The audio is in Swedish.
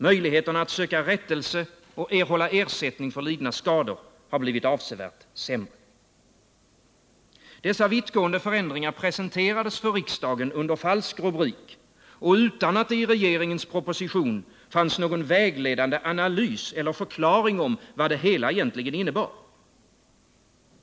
Möjligheterna att söka rättelse och att erhålla ersättning för lidna skador har blivit avsevärt sämre. Dessa vittgående förändringar presenterades för riksdagen under falsk rubrik och utan att det i regeringens proposition fanns någon vägledande analys eller förklaring om vad det hela egentligen innebar.